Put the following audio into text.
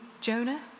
Jonah